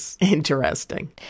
interesting